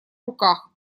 руках